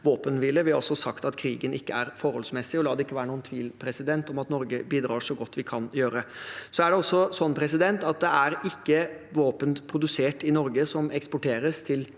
Vi har også sagt at krigen ikke er forholdsmessig. La det ikke være noen tvil om at Norge bidrar så godt vi kan gjøre. Det er sånn at det ikke er våpen produsert i Norge som eksporteres til